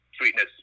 sweetness